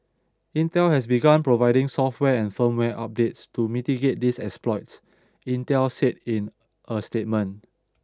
Intel has begun providing software and firmware updates to mitigate these exploits Intel said in a statement